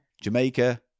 Jamaica